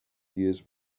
years